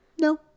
No